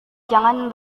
jangan